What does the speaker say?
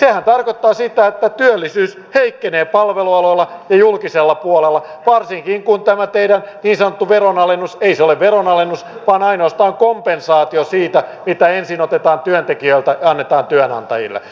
sehän tarkoittaa sitä että työllisyys heikkenee palvelualoilla ja julkisella puolella varsinkin kun tämä teidän niin sanottu veronalennus ei ole veronalennus vaan ainoastaan kompensaatio siitä että ensin otetaan työntekijöiltä ja annetaan työnantajille